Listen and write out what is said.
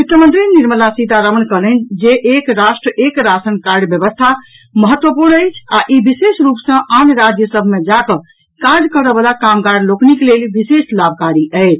वित्त मंत्री निर्मला सीतारमन कहलनि जे एक राष्ट्र एक राशन कार्ड व्यवस्था महत्वपूर्ण अछि आ ई विशेष रूप सॅ आन राज्य सभ मे जाकऽ काज करऽ बला कामगार लोकनिक लेल विशेष लाभकारी अछि